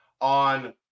on